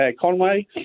Conway